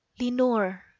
Lenore